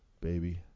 baby